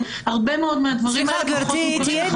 הרבה מאוד מהדברים האלה פחות מוכרים --- יוליה מלינובסקי (יו"ר